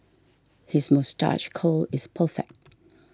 his moustache curl is perfect